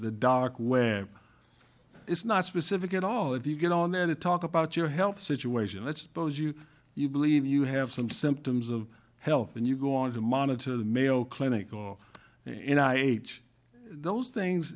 the dark where it's not specific at all if you get on there to talk about your health situation let's suppose you you believe you have some symptoms of health and you go on to monitor the mayo clinic or you know i age those things